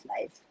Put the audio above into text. life